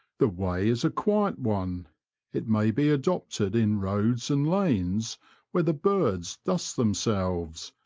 the way is a quiet one it may be adopted in roads and lanes where the birds dust themselves,